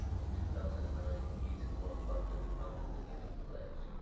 in two thousand and nine, gates and warren buffett founded the giving pledge,